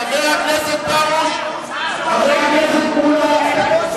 חבר הכנסת מולה.